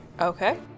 Okay